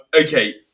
okay